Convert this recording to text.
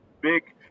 big